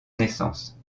naissance